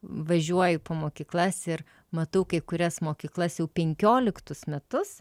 važiuoji po mokyklas ir matau kai kurias mokyklas jau penkioliktus metus